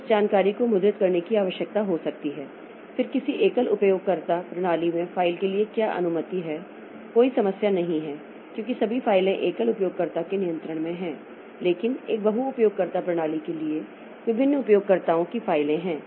तो उस जानकारी को मुद्रित करने की आवश्यकता हो सकती है फिर किसी एकल उपयोगकर्ता प्रणाली में फ़ाइल के लिए क्या अनुमति है कोई समस्या नहीं है क्योंकि सभी फाइलें एकल उपयोगकर्ता के नियंत्रण में हैं लेकिन एक बहु उपयोगकर्ता प्रणाली के लिए विभिन्न उपयोगकर्ताओं की फाइलें हैं